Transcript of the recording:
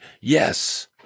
Yes